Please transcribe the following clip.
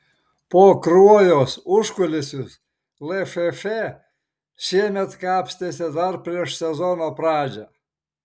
po kruojos užkulisius lff šiemet kapstėsi dar prieš sezono pradžią